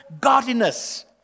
Godliness